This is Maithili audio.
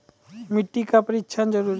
मिट्टी का परिक्षण जरुरी है?